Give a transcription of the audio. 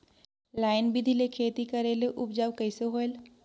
Line बिधी ले खेती करेले उपजाऊ कइसे होयल?